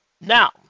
Now